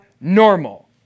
normal